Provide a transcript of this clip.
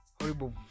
Horrible